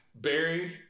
Barry